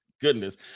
Goodness